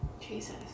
Jesus